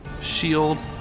shield